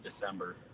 December